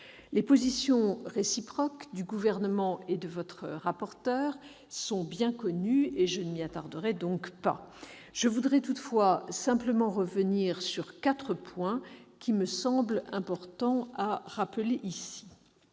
Les positions réciproques du Gouvernement et de votre rapporteur sont bien connues : je ne m'y attarderai donc pas. Je voudrais toutefois revenir sur quatre points qui me semblent importants. Le premier